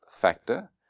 factor